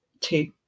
Two